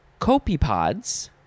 copepods